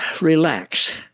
relax